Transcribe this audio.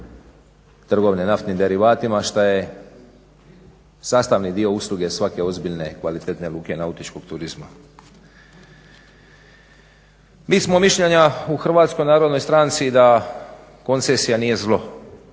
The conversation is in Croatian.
trgovine naftnim derivatima što je sastavni dio usluge svake ozbiljne i kvalitetne luke nautičkog turizma. Mi smo mišljenja u HNS-u da koncesija nije zlo